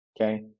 okay